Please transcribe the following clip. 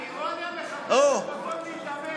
האירוניה מחפשת מקום להיקבר.